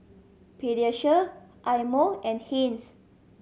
Pediasure Eye Mo and Heinz